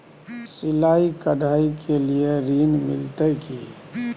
सिलाई, कढ़ाई के लिए ऋण मिलते की?